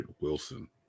wilson